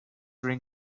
ring